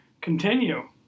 continue